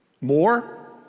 More